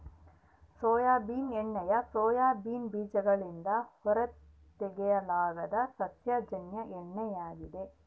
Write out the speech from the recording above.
soybean ಎಣ್ಣೆಯು soybean ಬೀಜಗಳಿಂದ ಹೊರತೆಗೆಯಲಾದ ಸಸ್ಯಜನ್ಯ ಎಣ್ಣೆ ಆಗಿದೆ